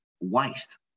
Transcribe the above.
waste